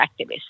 activists